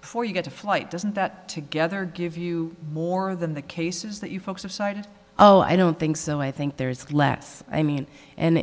before you get to flight doesn't that together give you more than the cases that you folks have cited oh i don't think so i think there is less i mean and